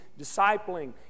discipling